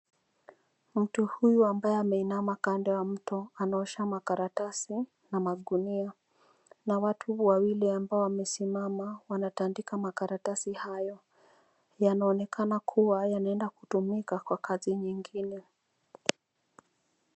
Mtu huyu ambaye ameinama kando ya mto anaosha makaratasi na magunia, na watu wawili ambao wamesimama wanatandika makaratasi hayo. Yanaonekana kuwa yanaenda kutumika kwa kazi nyingine.